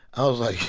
i was like,